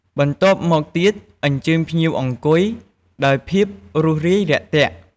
បន្ទាប់មកទៀតអញ្ជើញភ្ញៀវអង្គុយដោយភាពរួសរាយរាក់ទាក់។